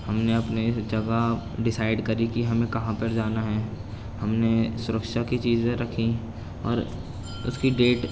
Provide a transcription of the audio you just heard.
ہم نے اپنی جگہ ڈیسائڈ کری کہ ہمیں کہاں پر جانا ہے ہم نے سرکھشا کی چیزیں رکھیں اور اس کی گیٹ